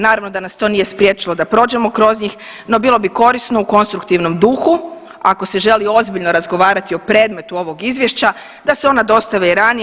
Naravno da nas to nije spriječilo da prođemo kroz njih, no bilo bi korisno u konstruktivnom duhu ako se želi ozbiljno razgovarati o predmetu ovog izvješća da se ona dostave i ranije.